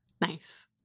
Nice